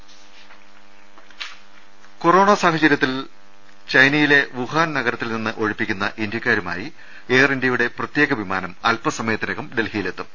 ദർവ്വെടെ ദ കൊറോണ സാഹചരൃത്തിൽ ചൈനയിലെ വുഹാൻ നഗരത്തിൽ നിന്ന് ഒഴിപ്പിക്കുന്ന ഇന്ത്യക്കാരുമായി എയർഇന്ത്യയുടെ പ്രത്യേക വിമാനം അല്പ സമയത്തിനകം ഡൽഹിയിലെത്തും